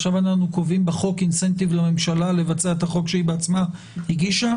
עכשיו אנחנו קובעים בחוק תמריץ לממשלה לבצע את החוק שהיא בעצמה הגישה?